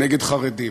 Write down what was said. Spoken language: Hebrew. נגד חרדים,